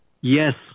Yes